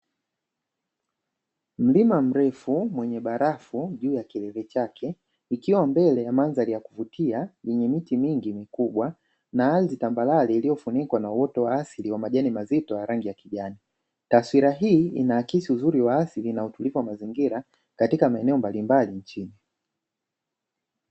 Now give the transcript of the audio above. Mlima mrefu mwenye barafu juu ya kilele chake ikiwa mbele ya mandhari ya kuvutia yenye miti mingi mikubwa na ardhi tambarare iliyofunikwa na wote wa asili wa majani mazito na rangi ya kijani taswira hii inaakisi uzuri wa asili na utulivu wa mazingira katika maeneo mbalimbali nchini.